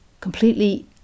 completely